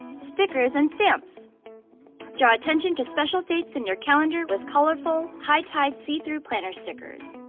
stickers and stamps draw attention to special dates in your calendar with colorful hightide see-through planner stickers.